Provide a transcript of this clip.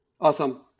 Awesome